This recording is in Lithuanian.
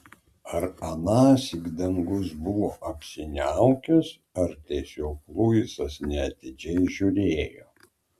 ar anąsyk dangus buvo apsiniaukęs ar tiesiog luisas neatidžiai žiūrėjo